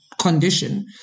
condition